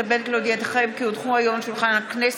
לפיכך אני קובע שהצעת חוק-יסוד: משק המדינה (תיקון